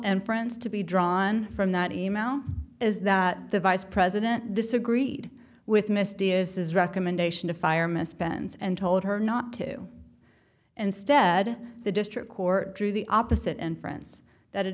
and friends to be drawn from that email is that the vice president disagreed with misty is his recommendation to fire miss pence and told her not to instead the district court drew the opposite and friends that a